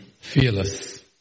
fearless